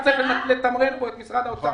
בלי תקציב, מתחילים את השנה השנייה.